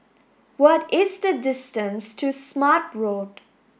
what is the distance to Smart Road